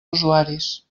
usuaris